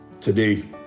Today